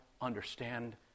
understand